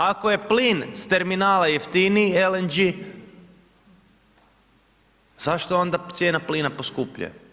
Ako je plin s terminala jeftiniji LNG zašto onda cijena plina poskupljuje.